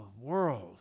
world